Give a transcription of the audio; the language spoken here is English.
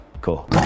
Cool